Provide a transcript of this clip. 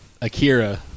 Akira